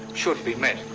should be met.